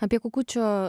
apie kukučio